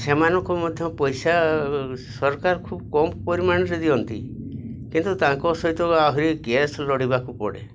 ସେମାନଙ୍କୁ ମଧ୍ୟ ପଇସା ସରକାର ଖୁବ କମ୍ ପରିମାଣରେ ଦିଅନ୍ତି କିନ୍ତୁ ତାଙ୍କ ସହିତ ଆହୁରି ଗ୍ୟାସ୍ ଲଢ଼ିବାକୁ ପଡ଼େ